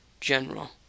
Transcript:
General